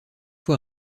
fois